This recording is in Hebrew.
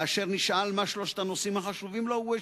כאשר נשאל מה שלושת הנושאים החשובים לו הוא השיב: